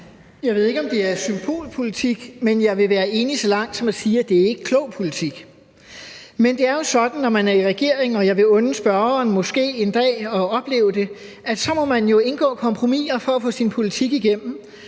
Jeg ved ikke, om det er symbolpolitik, men jeg vil være enig så langt som at sige, at det ikke er klog politik. Men det er jo sådan, at når man er i regering, og jeg vil unde spørgeren måske en dag at opleve det, må man jo indgå kompromiser for at få sin politik igennem.